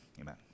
amen